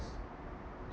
s~